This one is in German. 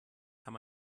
kann